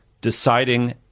deciding